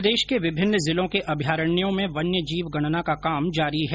प्रदेश के विभिन्न जिलों के अभ्यारण्यों में वन्य जीव गणना का काम जारी है